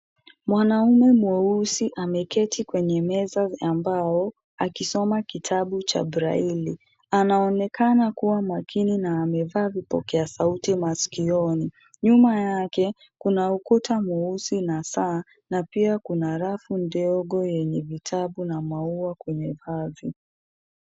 Mwanaume mweusi ameketi kwa meza ya mbao, akisoma kitabu cha braille. Anaonekana kuwa makini na amevaa vipokea sauti masikioni, nyuma yake, kuna ukuta mweusi na saa na pia kuna rafu ndogo yenye vitabu na maua kwenye ardhi.